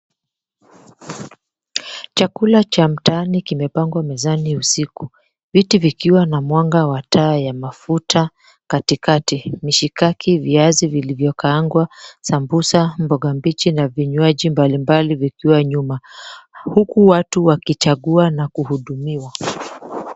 Chakula cha mtaani kimepangwa mezani usiku. Viti vikiwa na mwanga wa taa ya mafuta katikati. Mishikaki, viazi vilivyokaangwa, sambusa, mboga mbichi, na vinywaji mbalimbali vikiwa nyuma, huku watu wakichagua na kuhudumiwa.